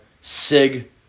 Sig